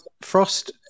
Frost